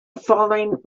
following